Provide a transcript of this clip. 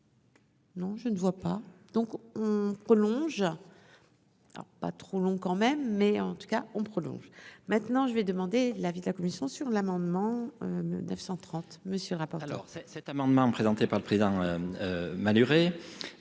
Non, je ne vois pas donc prolonge alors pas trop long quand même, mais en tout cas on prolonge maintenant, je vais demander l'avis de la commission sur l'amendement 930 Monsieur rapport